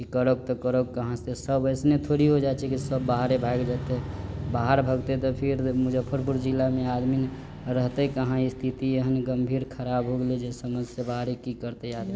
करब त करब कहाँसे सब अइसने थोड़ी हो जाइ छै की सब बाहरे भाइग जेतै बाहर भगतै त फिर मुजफ्फरपुर जिला मे आदमी रहतै कहाँ स्थिति एहन गम्भीर खराब हो गेलै जे समझ से बाहर है की करतै आदमी